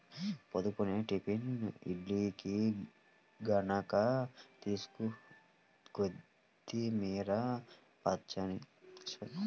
పొద్దున్నే టిఫిన్ ఇడ్లీల్లోకి గనక కొత్తిమీర పచ్చడి నన్జుకుంటే చానా బాగుంటది